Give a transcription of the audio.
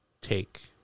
take